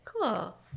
cool